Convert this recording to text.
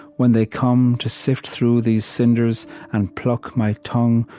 when they come to sift through these cinders and pluck my tongue,